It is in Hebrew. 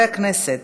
חברי הכנסת,